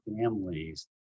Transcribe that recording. families